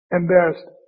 embarrassed